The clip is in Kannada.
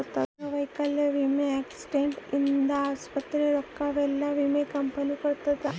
ಅಂಗವೈಕಲ್ಯ ವಿಮೆ ಆಕ್ಸಿಡೆಂಟ್ ಇಂದ ಆಸ್ಪತ್ರೆ ರೊಕ್ಕ ಯೆಲ್ಲ ವಿಮೆ ಕಂಪನಿ ಕೊಡುತ್ತ